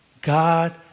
God